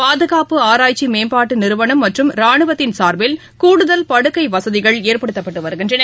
பாதுகாப்பு ஆராய்ச்சி மேம்பாட்டு நிறுவனம் மற்றும் ரானுவத்தின் சார்பில் கூடுதல் படுக்கை வசதிகள் ஏற்படுத்தப்பட்டு வருகின்றன